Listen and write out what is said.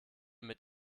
mit